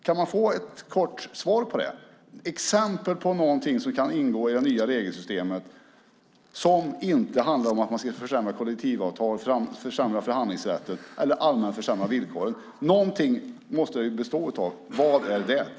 Kan man få ett kort svar på det med ett exempel på något som kan ingå i det nya regelsystemet som inte handlar om att man ska försämra kollektivavtal, förhandlingsrätten eller allmänt försämra villkoren? Något måste det bestå av. Vad är det?